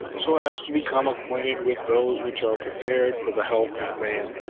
so as to become acquainted with those which are prepared for the health of man